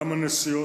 גם בנסיעה